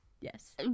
yes